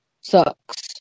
sucks